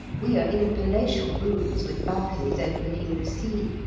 we are in palatial rooms with balconies overlooking the sea,